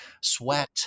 sweat